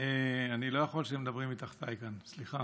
אני לא יכול כשמדברים מתחתיי כאן, סליחה.